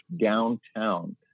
downtown